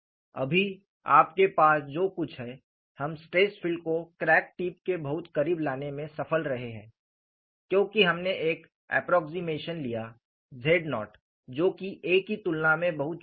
अभी आपके पास जो कुछ है हम स्ट्रेस फील्ड को क्रैक टिप के बहुत करीब लाने में सफल रहे हैं क्योंकि हमने एक अप्प्रोक्सिमेशन लिया z0 जो कि a की तुलना में बहुत छोटा है